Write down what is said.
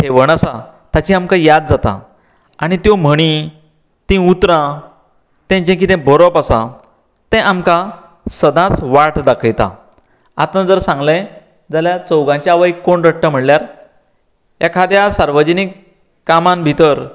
घेवण आसा ताची आमकां याद जाता आनी त्यो म्हणी तीं उतरां तें जें कितें बरोवप आसा तें आमकां सदांच वाट दाखयता आता जर सांगलें जाल्यार चवगांच्या आवयक कोण रडटा म्हणल्यार एखाद्या सार्वजनिक कामांत भितर